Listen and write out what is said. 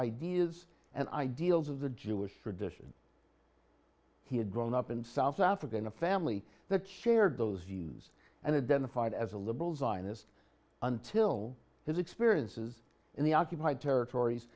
ideas and ideals of the jewish tradition he had grown up in south africa in a family that shared those views and identified as a liberal zionist until his experiences in the occupied territories